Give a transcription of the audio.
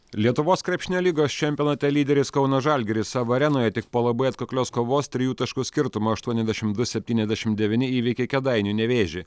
lietuvos krepšinio lygos čempionate lyderis kauno žalgiris savo arenoje tik po labai atkaklios kovos trijų taškų skirtumu aštuoniasdešim du septyniasdešim devyni įveikė kėdainių nevėžį